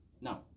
No